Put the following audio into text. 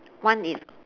one is